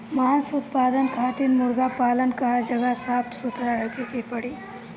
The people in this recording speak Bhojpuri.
मांस उत्पादन खातिर मुर्गा पालन कअ जगह साफ सुथरा रखे के पड़ी